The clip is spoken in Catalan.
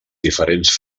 diferents